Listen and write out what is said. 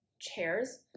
chairs